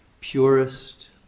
purest